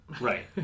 Right